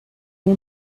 bon